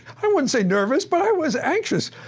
i wouldn't say nervous, but i was anxious.